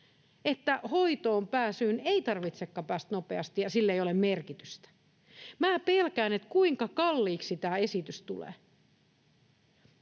että hoitoon ei tarvitsekaan päästä nopeasti ja sillä ei ole merkitystä. Minä pelkään, kuinka kalliiksi tämä esitys tulee,